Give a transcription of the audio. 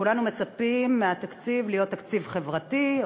וכולנו מצפים שהתקציב יהיה תקציב חברתי.